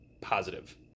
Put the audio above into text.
positive